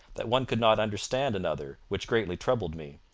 that one could not understand another, which greatly troubled me.